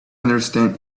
understand